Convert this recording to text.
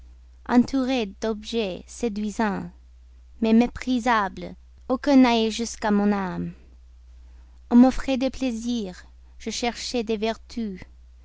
entouré d'objets séduisants mais méprisables aucun n'allait jusqu'à mon âme on m'offrait des plaisirs je cherchais des vertus